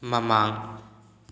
ꯃꯃꯥꯡ